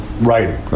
writing